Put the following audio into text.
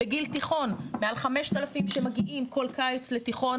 בגיל תיכון מעל 5,000 שמגיעים כל קיץ לתיכון